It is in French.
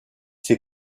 ces